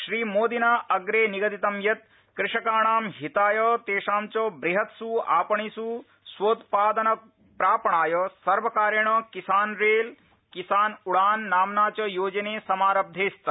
श्रीमोदिना अप्रे निगदितं यत्कृषकाणां हिताय तेषां च बृहत्स् आपणिस् स्वोदपादन प्रापणाय सर्वकारेण किसानउड़ान रेल किसान नाम्ना च योजने समारव्ये स्त